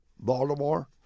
Baltimore